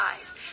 eyes